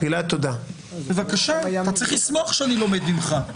אתה צרך לשמוח שאני לומד ממך,